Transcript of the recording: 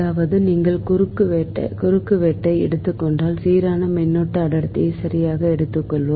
அதாவது நீங்கள் குறுக்குவெட்டை எடுத்துக் கொண்டால் சீரான மின்னோட்ட அடர்த்தியை சரியாக எடுத்துக்கொள்வோம்